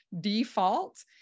default